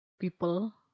people